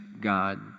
God